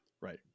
Right